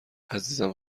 عزیزم